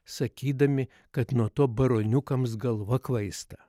sakydami kad nuo to baroniukams galva klaista